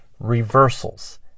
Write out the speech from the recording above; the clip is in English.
reversals